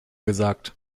gesagt